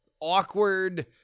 awkward